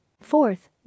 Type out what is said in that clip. Fourth